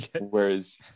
whereas